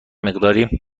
مقداری